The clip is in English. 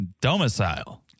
domicile